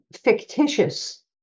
fictitious